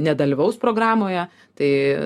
nedalyvaus programoje tai